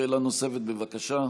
שאלה נוספת, בבקשה.